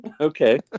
Okay